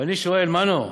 ואני שואל, מנו,